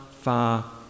far